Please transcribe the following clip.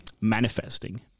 manifesting